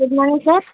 good morning sir